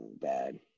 bad